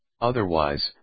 Otherwise